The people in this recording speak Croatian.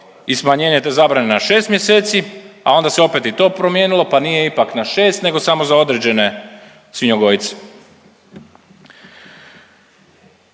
i smanjenje te zabrane na šest mjeseci, a onda se opet i to promijenilo, pa nije ipak na šest nego samo za određene svinjogojce